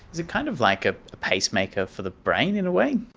is it kind of like a pacemaker for the brain, in a way?